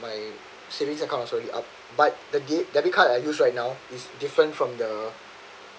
my saving account is already up but the de~ debit card I use right now is different from the